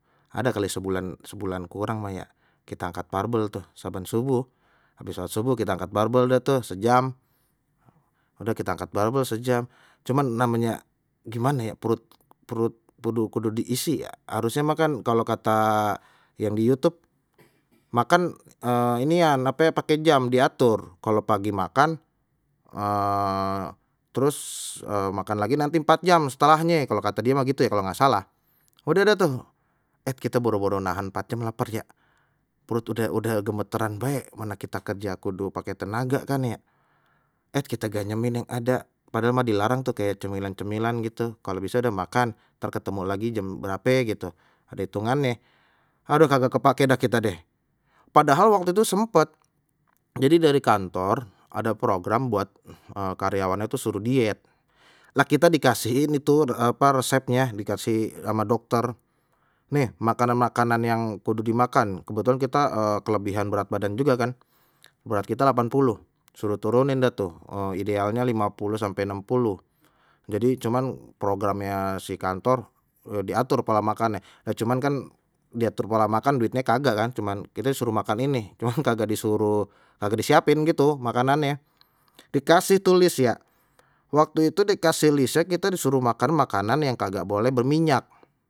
Ada kali sebulan sebulan kurang lah ya kita angkat barbel tuh saban subuh habis salat subuh kita angkat barbel dah tu sejam, udah kita angkat barbel sejam, cuman namanya gimana ya perut perut kudu kudu diisi ya harusnya mah kan kalau kata yang di youtube makan inian ape pakai jam diatur, kalau pagi makan terus terus makan lagi nanti empat jam setelahnye kalau kata dia mah gitu ya kalau nggak salah. Udah dah tu et kita boro-boro nahan mpat jem laper ya perut udah udah gemeteran bae mana kita kerja kudu pake tenaga kan ya. Eh kita ganyemin yang ada padahal mah dilarang tuh kayak cemilan-cemilan gitu kalau bisa dah makan ntar ketemu lagi jam berape gitu ade itungannye. Aduh kagak kepake deh kita deh padahal waktu tu sempat jadi dari kantor ada program buat karyawannya tu suruh diet, lah kita dikasihin itu apa resepnya dikasih ama dokter nih makanan-makanan yang kudu dimakan kebetulan kita kelebihan berat badan juga kan berat kita lapan puluh suruh turunin dah tuh idealnya lima puluh sampai nem puluh jadi cuman programnya si kantor diatur pola makannya, lha cuman kan diatur pola makan duitnya kagak kan, cuman kite suruh makan ini ruang kagak disuruh kagak disiapin gitu makanannya dikasih tu list ya waktu itu dikasih listnye kita itu disuruh makan makanan yang kagak boleh berminyak.